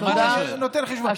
רק שהוא נותן חשבונית.